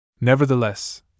Nevertheless